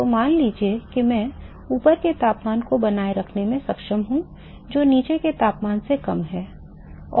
तो मान लीजिए कि मैं ऊपर के तापमान को बनाए रखने में सक्षम हूं जो नीचे के तापमान से कम है और